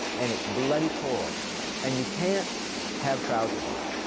and its bloody cold and you can't have trousers on.